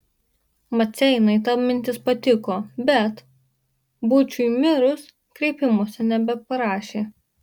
maceinai ta mintis patiko bet būčiui mirus kreipimosi nebeparašė